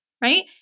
right